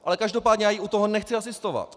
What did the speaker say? Ale každopádně já jí u toho nechci asistovat.